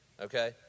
okay